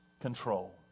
control